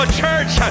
church